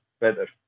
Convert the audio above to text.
weather